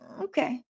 okay